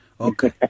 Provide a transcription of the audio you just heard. Okay